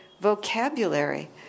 vocabulary